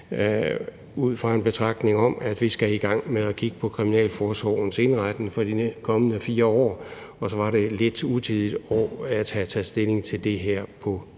ud fra en betragtning om, at vi skal i gang med at kigge på kriminalforsorgens indretning for de kommende 4 år, og så vil det være lidt utidigt at tage stilling til det her